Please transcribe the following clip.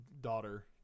daughter